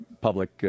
public